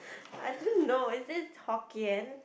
I don't know is this hokkien